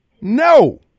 No